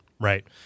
right